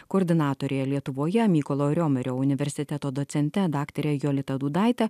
koordinatore lietuvoje mykolo riomerio universiteto docente daktare jolita dudaite